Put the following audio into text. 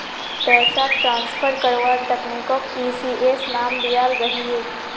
पैसाक ट्रान्सफर कारवार तकनीकोक ई.सी.एस नाम दियाल गहिये